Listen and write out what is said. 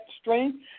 strength